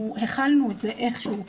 והכלנו את זה איך שהוא.